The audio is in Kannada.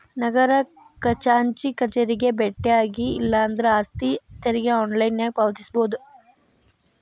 ನಗರ ಖಜಾಂಚಿ ಕಚೇರಿಗೆ ಬೆಟ್ಟ್ಯಾಗಿ ಇಲ್ಲಾಂದ್ರ ಆಸ್ತಿ ತೆರಿಗೆ ಆನ್ಲೈನ್ನ್ಯಾಗ ಪಾವತಿಸಬೋದ